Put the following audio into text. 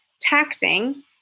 taxing